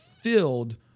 filled